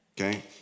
okay